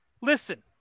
Listen